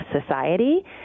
Society